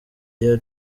year